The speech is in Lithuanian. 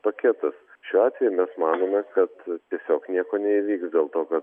paketas šiuo atveju mes manome kad tiesiog nieko neįvyks dėl to kad